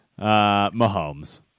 Mahomes